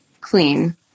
clean